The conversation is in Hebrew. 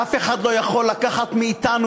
אף אחד לא יכול לקחת מאתנו,